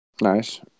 Nice